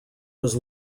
was